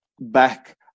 back